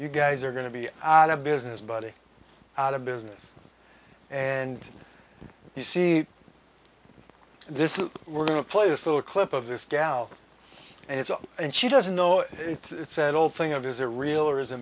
you guys are going to be out of business buddy out of business and you see this is we're going to play this little clip of this gal and it's and she doesn't know if it's an old thing it is a real or is a